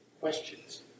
questions